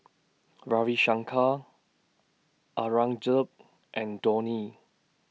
Ravi Shankar Aurangzeb and Dhoni